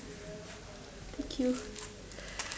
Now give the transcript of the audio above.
thank you